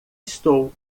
estou